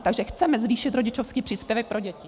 Takže chceme zvýšit rodičovský příspěvek pro děti.